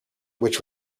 which